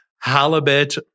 halibut